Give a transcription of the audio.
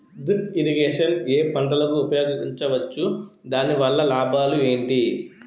Drip irrigation ఏ పంటలకు ఉపయోగించవచ్చు? దాని వల్ల లాభాలు ఏంటి?